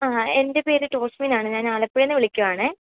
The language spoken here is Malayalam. ആ എൻ്റെ പേര് ടോസ്സ്വിനാണ് ഞാൻ ആലപ്പുഴെന്ന് വിളിക്കുവാണ്